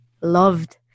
loved